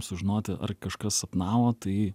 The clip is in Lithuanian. sužinoti ar kažkas sapnavo tai